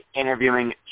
interviewing